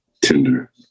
Tinder